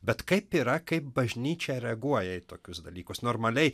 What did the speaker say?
bet kaip yra kaip bažnyčia reaguoja į tokius dalykus normaliai